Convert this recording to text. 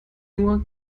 nur